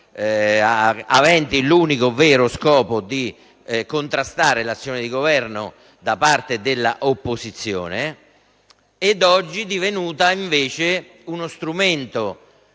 aventi l'unico vero scopo di contrastare l'azione di governo da parte dell'opposizione. Oggi tale procedura è divenuta invece uno strumento